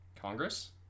congress